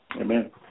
Amen